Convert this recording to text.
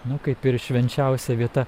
nu kaip ir švenčiausia vieta